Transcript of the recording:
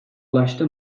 ulaştı